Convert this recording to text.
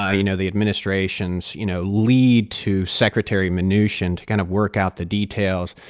ah you know, the administration's, you know, lead to secretary mnuchin to kind of work out the details.